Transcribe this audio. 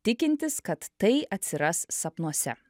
tikintis kad tai atsiras sapnuose